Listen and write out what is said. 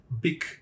big